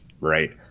Right